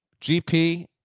GP